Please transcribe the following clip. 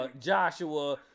Joshua